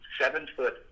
seven-foot